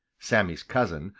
sammy's cousin,